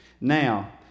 Now